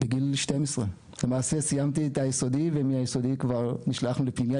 בגיל 12. למעשה סיימתי את היסודי ומהיסודי כבר נשלחנו לפנימייה,